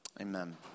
Amen